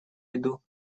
виду